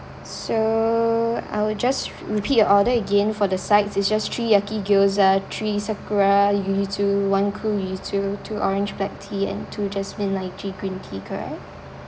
so I will just repeat you order again for the sides is just three yaki gyoza three sakura yuzu one cool yuzu two orange black tea and two jasmine lychee green tea correct